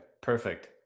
perfect